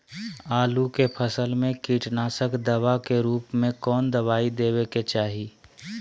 आलू के फसल में कीटनाशक दवा के रूप में कौन दवाई देवे के चाहि?